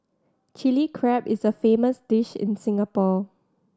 Chilli Crab is a famous dish in Singapore